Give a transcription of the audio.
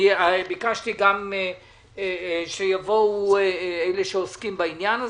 ביקשתי גם שיבואו אלה שעוסקים בעניין הזה,